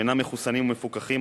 שאינם מחוסנים ומפוקחים,